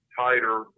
tighter